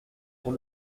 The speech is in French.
pour